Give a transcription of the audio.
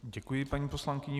Děkuji paní poslankyni.